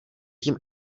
tím